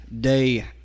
day